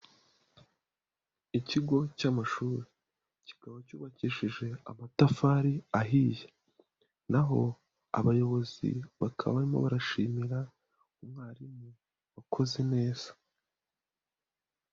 Ikigo cy'amashuri kikaba cyubakishije amatafari ahiye, na ho abayobozi bakaba barimo barashimira umwarimu wakoze neza.